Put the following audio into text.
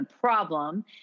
problem